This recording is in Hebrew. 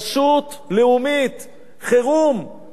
בנושא הזה של המסתננים.